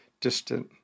distant